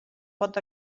pot